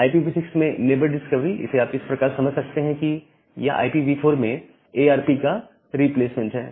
IPv6 में neighbour discovery इसे आप इस प्रकार समझ सकते हैं कि यह IPv4 में ARP का रिप्लेसमेंट है